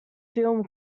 film